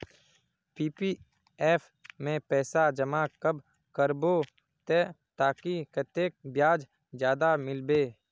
PPF में पैसा जमा कब करबो ते ताकि कतेक ब्याज ज्यादा मिलबे?